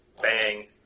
bang